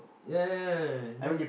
yeah yeah yeah yeah then